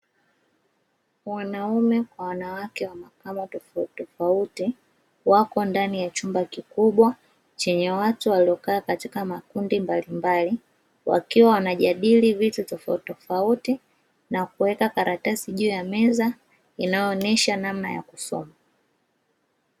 Wanaume kwa wanawake wanakaa tofautitofauti wako ndani ya chumba kikubwa chenye watu waliokaa katka makundi mbalimbali, wakiwa wanajadili vitu tofautitofauti, nakuweka karatasi juu ya meza inayoonesha namna ya kusoma.